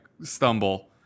stumble